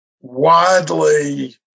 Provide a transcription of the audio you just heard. widely